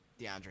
DeAndre